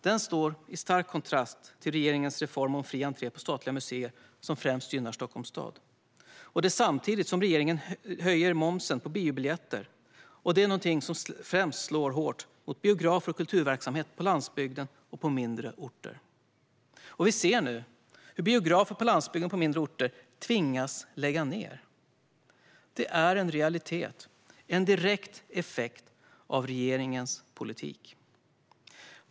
Detta står i stark kontrast till regeringens reform om fri entré på statliga museer, som främst gynnar Stockholms stad - och det samtidigt som regeringens höjning av momsen på biobiljetter främst och hårt slår mot biografer och kulturverksamhet på landsbygden och på mindre orter. Vi ser nu hur biografer på landsbygden och på mindre orter tvingas lägga ned. Det är en realitet, en direkt effekt av regeringens politik.